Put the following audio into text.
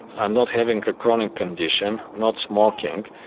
and not having a chronic condition, not smoking,